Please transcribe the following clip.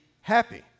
happy